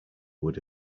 would